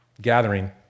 gathering